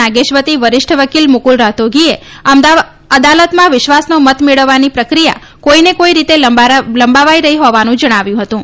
નાગેશ વતી વરિષ્ઠ વકીલ મુકુલ રોહતગીએ અદાલતમાં વિશ્વાસનો મત મેળવવાની પ્રક્રિયા કોઈને કોઈ રીતે લંબાવાઈ રહી હોવાનું જણાવ્યું હતું